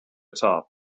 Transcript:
top